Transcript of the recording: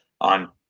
on